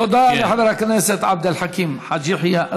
תודה לחבר הכנסת עבד אל חכים חאג' יחיא.